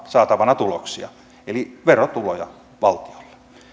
saatavana tuloksia eli verotuloja valtiolle